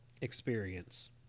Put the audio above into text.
experience